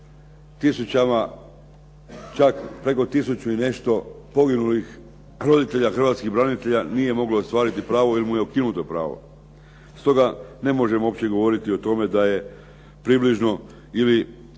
tisućama, čak preko tisuću i nešto poginulih roditelja hrvatskih branitelja nije moglo ostvariti pravo jer mu je ukinuto pravo. Stoga ne možemo uopće govoriti o tome da je približno ili